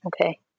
Okay